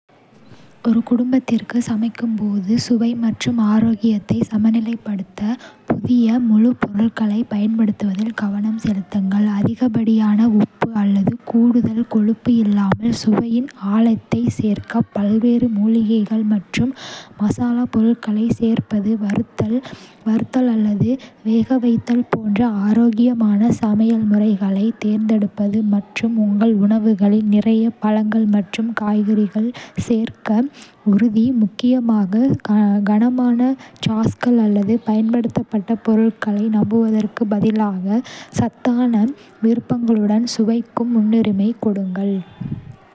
ஒரு குடும்பத்திற்கு சமைக்கும் போது சுவை மற்றும் ஆரோக்கியத்தை சமநிலைப்படுத்த, புதிய, முழுப் பொருட்களைப் பயன்படுத்துவதில் கவனம் செலுத்துங்கள். அதிகப்படியான உப்பு அல்லது கூடுதல் கொழுப்பு இல்லாமல் சுவையின் ஆழத்தைச் சேர்க்க பல்வேறு மூலிகைகள் மற்றும் மசாலாப் பொருட்களைச் சேர்ப்பது, வறுத்தல், வறுத்தல் அல்லது வேகவைத்தல் போன்ற ஆரோக்கியமான சமையல் முறைகளைத் தேர்ந்தெடுப்பது. மற்றும் உங்கள் உணவுகளில் நிறைய பழங்கள் மற்றும் காய்கறிகள் சேர்க்க உறுதி முக்கியமாக, கனமான சாஸ்கள் அல்லது பதப்படுத்தப்பட்ட பொருட்களை நம்புவதற்குப் பதிலாக சத்தான விருப்பங்களுடன் சுவைக்கு முன்னுரிமை கொடுங்கள்.